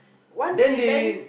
once they ban